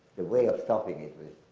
the way of stopping it was